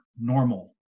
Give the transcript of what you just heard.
normal